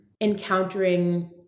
encountering